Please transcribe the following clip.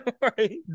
Right